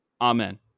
Amen